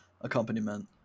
accompaniment